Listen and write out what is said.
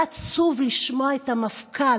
היה עצוב לשמוע את המפכ"ל